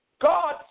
God